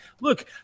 Look